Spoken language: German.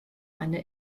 eine